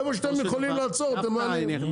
איפה שאתם יכולים לעצור אתם מעלים.